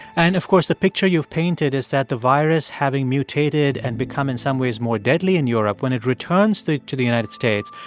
and, of course, the picture you've painted is that the virus, having mutated and become in some ways more deadly in europe, when it returns to the united states,